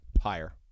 Higher